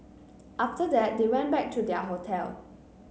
after that they went back to their hotel